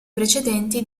precedenti